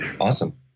awesome